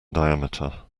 diameter